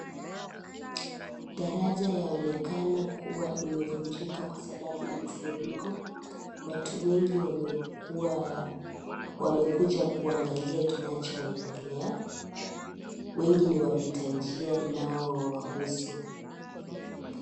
Daraja yaonekana kuwa imevunjika kwa sababu ya mafuriko, watu wengi wamekua wamekuja kuangalia kinachoendelea wengi ni wapita njia inaowahusu.